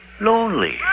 Lonely